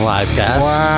Livecast